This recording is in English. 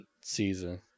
season